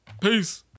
Peace